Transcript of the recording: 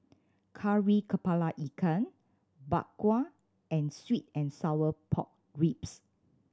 Kari Kepala Ikan Bak Kwa and sweet and sour pork ribs